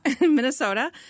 Minnesota